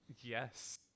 Yes